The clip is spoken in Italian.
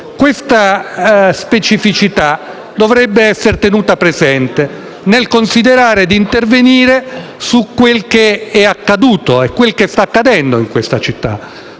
Tale specificità dovrebbe essere tenuta presente nel considerare di intervenire su quel che è accaduto e quel che sta accadendo in questa città.